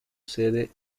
sede